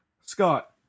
Scott